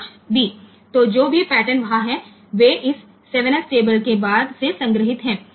તેથી તે ગમે તે પેટર્ન હોય પરંતુ તેઓ આ 7 s ટેબલથી આગળ સંગ્રહિત થાય છે